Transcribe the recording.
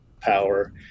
power